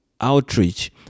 outreach